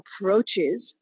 approaches